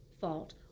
fault